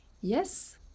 Yes